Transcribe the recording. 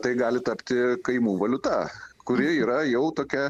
tai gali tapti kaimų valiuta kuri yra jau tokia